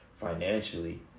financially